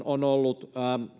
on ollut